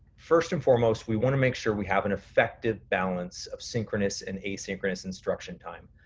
first and foremost, we wanna make sure we have an effective balance of synchronous and asynchronous instruction time.